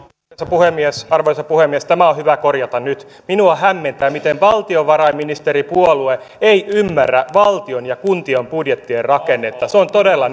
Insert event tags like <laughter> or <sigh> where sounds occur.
arvoisa puhemies tämä on hyvä korjata nyt minua hämmentää miten valtiovarainministeripuolue ei ymmärrä valtion ja kuntien budjettien rakennetta se on todella <unintelligible>